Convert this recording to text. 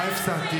מה הפסדתי?